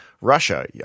Russia